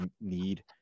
need